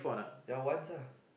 ya once ah